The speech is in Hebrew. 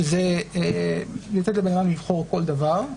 שזה לתת לבן אדם לבחור כל דבר,